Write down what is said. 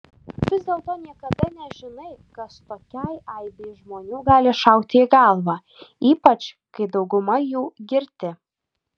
vis dėlto niekada nežinai kas tokiai aibei žmonių gali šauti į galvą ypač kai dauguma jų girti